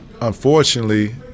unfortunately